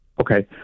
Okay